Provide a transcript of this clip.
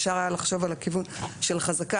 אפשר היה לחשוב על הכיוון של חזקה.